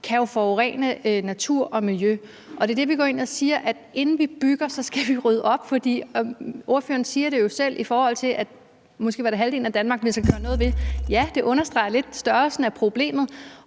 kan jo forurene natur og miljø. Det er der, vi går ind og siger: Inden vi bygger, skal vi rydde op. Ordføreren siger det jo selv i forhold til det med, at det måske var halvdelen af Danmark, man skulle gøre noget ved. Ja, det understreger lidt størrelsen af problemet.